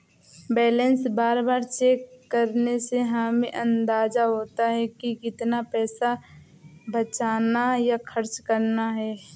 balance बार बार check करने से हमे अंदाज़ा होता है की कितना पैसा बचाना या खर्चना है